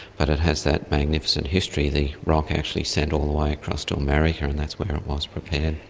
but it has that magnificent history, the rock actually sent all the way across to america, and that's where it was prepared.